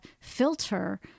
filter